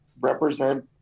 represent